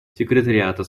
секретариата